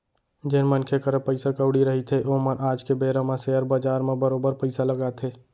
जेन मनखे करा पइसा कउड़ी रहिथे ओमन आज के बेरा म सेयर बजार म बरोबर पइसा लगाथे